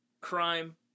crime